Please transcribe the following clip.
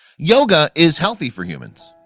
yoga is healthy for humans,